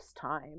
time